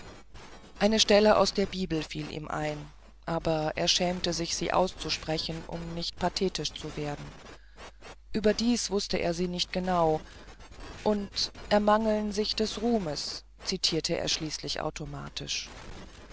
eine stelle aus der bibel fiel ihm ein aber er schämte sich sie auszusprechen um nicht pathetisch zu werden überdies wußte er sie nicht genau und ermangeln sich des ruhmes zitierte er schließlich automatisch